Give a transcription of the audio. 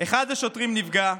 ואחד השוטרים נפגע.